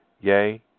Yea